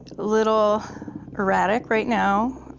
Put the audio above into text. little erratic right now.